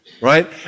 right